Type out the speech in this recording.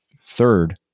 Third